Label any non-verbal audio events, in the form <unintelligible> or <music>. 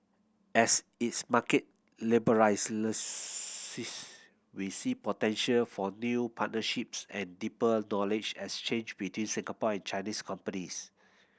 as its market <unintelligible> we see potential for new partnerships and deeper knowledge exchange between Singapore and Chinese companies